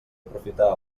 aprofitar